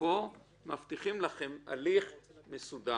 פה מבטיחים לכם הליך מסודר,